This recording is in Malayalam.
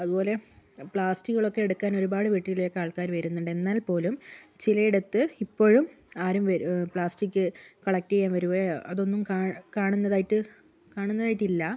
അതുപോലെ പ്ലാസ്റ്റിക്കുകളൊക്കെ എടുക്കാൻ ഒരുപാട് വീട്ടിലേക്ക് ആൾക്കാർ വരുന്നുണ്ട് എന്നാൽപ്പോലും ചിലയിടത്ത് ഇപ്പോഴും ആരും വരു പ്ലാസ്റ്റിക്ക് കളക്റ്റ് ചെയ്യാൻ വരുകയോ അതൊന്നും കാണു കാണുന്നതായിട്ട് കാണുന്നതായിട്ടില്ല